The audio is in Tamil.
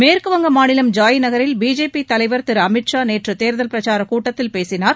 மேற்குவங்கம் மாநிலம் ஜாய் நகரில் பிஜேபி தலைவர் திரு அமித் ஷா நேற்று தேர்தல் பிரச்சாரக் கூட்டத்தில் பேசினார்